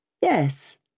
Yes